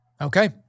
okay